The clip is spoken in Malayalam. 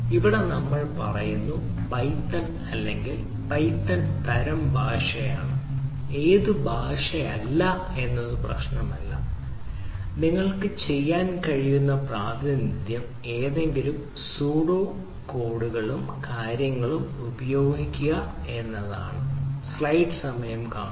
ഇവിടെ നമ്മൾ പറയുന്നത് പൈത്തൺ അല്ലെങ്കിൽ പൈത്തൺ തരം ഭാഷയാണ് ഏതു ഭാഷയല്ല എന്നത് പ്രശ്നമല്ല നിങ്ങൾക്ക് ചെയ്യാൻ കഴിയുന്ന പ്രാതിനിധ്യം ഏതെങ്കിലും സ്യുഡോ കോഡും കാര്യങ്ങളും ഉപയോഗിക്കുക